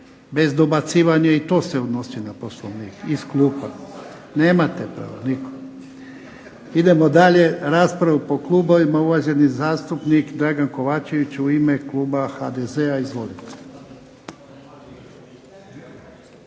Bez dobacivanja i to se odnosi na Poslovnik, iz klupa. … /Upadica se ne razumije./… Nemate pravo, nitko. Idemo dalje. Rasprava po klubovima, uvaženi zastupnik Dragan Kovačević u ime kluba HDZ-a. Izvolite.